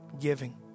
Giving